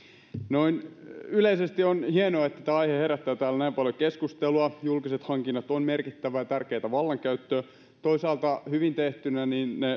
noin yleisesti on hienoa että tämä aihe herättää täällä näin paljon keskustelua julkiset hankinnat ovat merkittävää ja tärkeää vallankäyttöä toisaalta hyvin tehtynä ne tuottavat